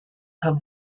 have